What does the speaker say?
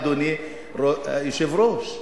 אדוני היושב-ראש,